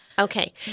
okay